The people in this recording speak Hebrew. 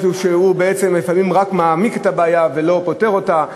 משהו שהוא בעצם לפעמים רק מעמיק את הבעיה ולא פותר אותה.